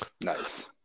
Nice